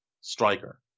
striker